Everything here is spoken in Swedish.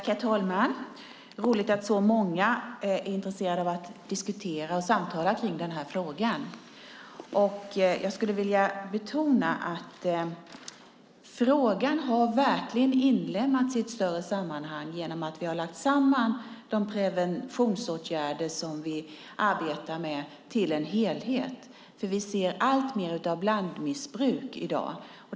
Herr talman! Det är roligt att så många är intresserade av att samtala kring denna fråga. Jag skulle vilja betona att frågan verkligen har inlemmats i ett större sammanhang genom att vi har lagt samman de preventionsåtgärder som vi arbetar med till en helhet. Vi ser alltmer av blandmissbruk i dag.